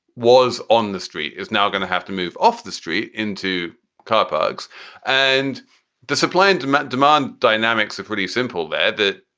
was on the street is now going to have to move off the street into car parks and the supply and demand demand dynamics are pretty simple there, that,